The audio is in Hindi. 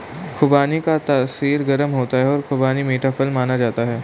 खुबानी का तासीर गर्म होता है और खुबानी मीठा फल माना जाता है